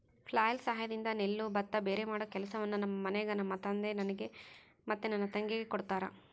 flail ಸಹಾಯದಿಂದ ನೆಲ್ಲು ಭತ್ತ ಭೇರೆಮಾಡೊ ಕೆಲಸವನ್ನ ನಮ್ಮ ಮನೆಗ ನಮ್ಮ ತಂದೆ ನನಗೆ ಮತ್ತೆ ನನ್ನ ತಂಗಿಗೆ ಕೊಡ್ತಾರಾ